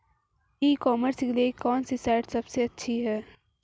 ई commerce के लिए कौनसी साइट सबसे अच्छी है?